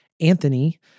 Anthony